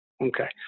Okay